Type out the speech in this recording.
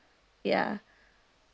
ya